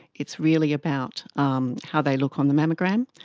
it's really about um how they look on the mammogram,